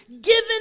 given